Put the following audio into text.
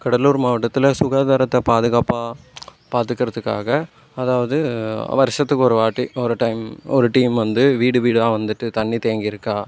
கடலூர் மாவட்டத்தில் சுகாதாரத்தை பாதுகாப்பாக பார்த்துக்கிறதுக்காக அதாவது வருஷத்துக்கு ஒருவாட்டி ஒரு டைம் ஒரு டீம் வந்து வீடு வீடாக வந்துகிட்டு தண்ணீர் தேங்கிருக்கா